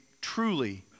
truly